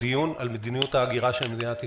דיון על מדיניות ההגירה של מדינת ישראל.